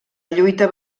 lluita